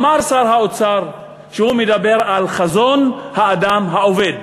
אמר שר האוצר שהוא מדבר על חזון האדם העובד.